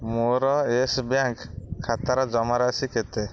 ମୋର Yes Bank ଖାତାର ଜମାରାଶି କେତେ